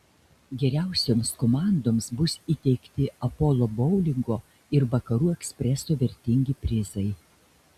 geriausioms komandoms bus įteikti apolo boulingo ir vakarų ekspreso vertingi prizai